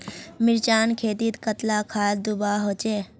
मिर्चान खेतीत कतला खाद दूबा होचे?